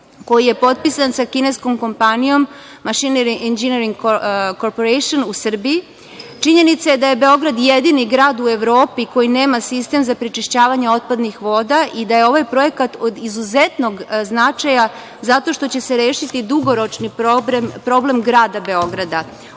koji je potpisan sa kineskom kompanijom "Machinery Engineering corporation" u Srbiji. Činjenica je da je Beograd jedini gradu Evropi koji nema sistem za prečišćavanje otpadnih voda i da je ovaj projekat od izuzetnog značaja zato što će se rešiti dugoročni problem grada Beograda.